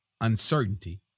uncertainty